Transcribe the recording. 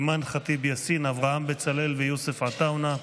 אימאן ח'טיב יאסין, אברהם בצלאל ויוסף עטאונה.